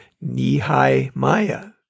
Nehemiah